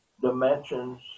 dimensions